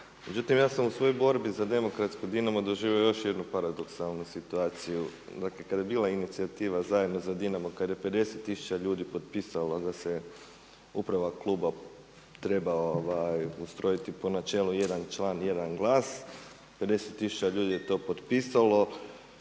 Međutim ja sam u svojoj borbi za demokratki Dinamo doživio još jednu paradoksalnu situaciju. Dakle kada je bila inicijativa zajedno za Dinamo, kada je 50 tisuća ljudi potpisalo da se uprava kluba treba ustrojiti po načelu jedan član, jedan glas, 50 tisuća ljudi je to potpisalo.